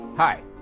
Hi